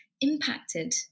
impacted